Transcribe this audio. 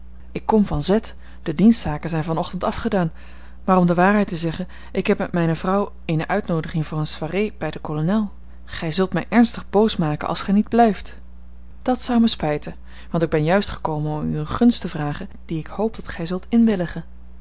ik kom van z de dienstzaken zijn van ochtend afgedaan maar om de waarheid te zeggen ik heb met mijne vrouw eene uitnoodiging voor eene soirée bij den kolonel gij zult mij ernstig boos maken als gij niet blijft dat zou mij spijten want ik ben juist gekomen om u eene gunst te vragen die ik hoop dat gij zult inwilligen